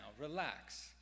Relax